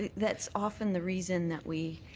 that's often the reason that we